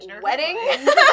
wedding